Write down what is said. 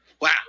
Wow